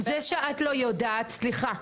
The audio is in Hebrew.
זה שאת לא יודעת, סליחה,